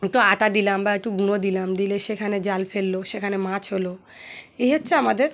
একটু আটা দিলাম বা একটু গুঁড়ো দিলাম দিলে সেখানে জাল ফেললো সেখানে মাছ হলো এই হচ্ছে আমাদের